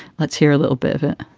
let's hear a little bit of it